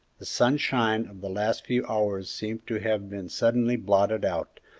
the sunshine of the last few hours seemed to have been suddenly blotted out,